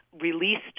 released